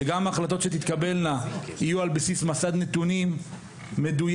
שגם ההחלטות שתתקבלנה יהיו על בסיס מסד נתונים מדויק,